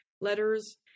letters